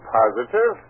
positive